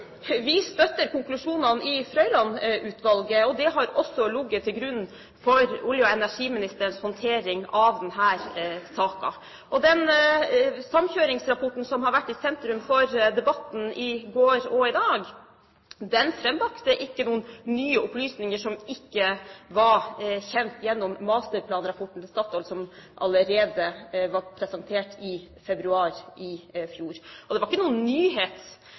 støtter konklusjonene i Frøiland-utvalgets innstilling, og det har også ligget til grunn for olje- og energiministerens håndtering av denne saken. Den samkjøringsrapporten som har vært i sentrum for debatten i går og i dag, frambrakte ikke noen nye opplysninger som ikke var kjent gjennom masterplanrapporten til Statoil, som var presentert allerede i februar i fjor. Det var ikke noen nyhet